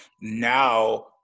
now